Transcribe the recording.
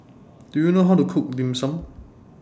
Do YOU know How to Cook Dim Sum